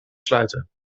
sluiten